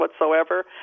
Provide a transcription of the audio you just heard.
whatsoever